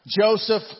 Joseph